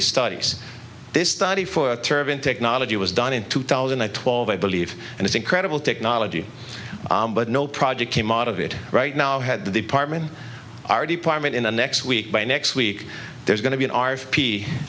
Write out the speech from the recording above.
the studies this study for a turban technology was done in two thousand and twelve i believe and it's incredible technology but no project came out of it right now had the department already partment in the next week by next week there's going to be an r